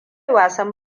wasan